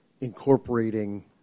incorporating